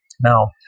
Now